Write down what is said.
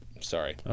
Sorry